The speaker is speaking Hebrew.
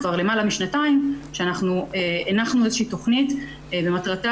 כבר למעלה משנתיים שאנחנו הנחנו איזו שהיא תכנית ומטרתה